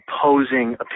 opposing